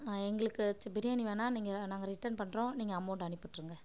எங்களுக்கு பிரியாணி வேணாம் நீங்கள் நாங்கள் ரிட்டன் பண்ணுறோம் நீங்கள் அமௌண்ட்டை அனுப்பி விட்டுருங்க